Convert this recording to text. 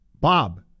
Bob